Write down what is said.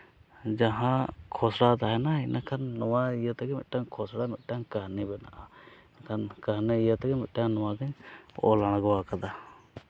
ᱡᱟᱦᱟᱸ ᱠᱷᱚᱥᱲᱟ ᱛᱟᱦᱮᱱᱟ ᱤᱱᱟᱹᱠᱷᱟᱱ ᱱᱚᱣᱟ ᱤᱭᱟᱹ ᱛᱮᱜᱮ ᱠᱷᱚᱥᱲᱟ ᱢᱤᱫᱴᱟᱝ ᱠᱟᱹᱦᱱᱤ ᱵᱮᱱᱟᱜᱼᱟ ᱢᱮᱱᱠᱷᱟᱱ ᱠᱟᱹᱦᱱᱤ ᱤᱭᱟᱹ ᱛᱮᱜᱮ ᱢᱤᱫᱴᱟᱝ ᱱᱚᱣᱟᱜᱤᱧ ᱚᱞ ᱟᱬᱜᱚ ᱟᱠᱟᱫᱟ